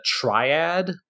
triad